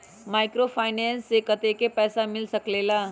Microfinance से कतेक पैसा मिल सकले ला?